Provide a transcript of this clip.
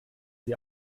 sie